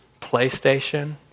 PlayStation